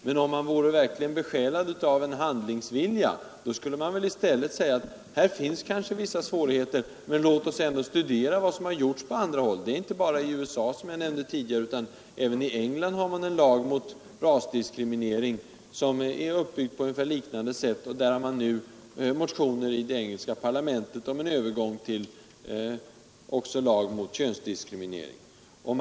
Men om man verkligen vore besjälad av en handlingsvilja, skulle man i stället säga att här finns kanske vissa svårigheter, men låt oss ändå studera vad som har gjorts på andra håll. Jag nämnde tidigare USA, men det är inte bara där man har vidtagit åtgärder på detta område. Även i England har man en lag mot rasdiskriminering, och den är uppbyggd på liknande sätt. I det engelska parlamentet har det också nu väckts motioner om en utvidgning till en lag mot könsdiskriminering.